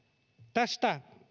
tästä